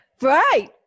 Right